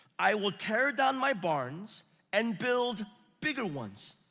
i will tear down my barns and build bigger ones,